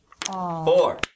Four